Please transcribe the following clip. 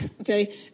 okay